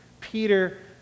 Peter